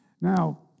Now